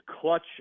clutch